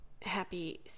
happy